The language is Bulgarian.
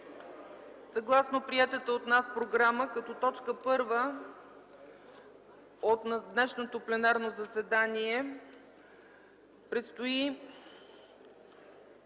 Съгласно приетата от нас програма, като точка първа от днешното пленарно заседание, предстои